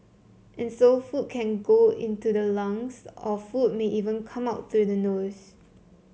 and so food can go into the lungs or food may even come up through the noise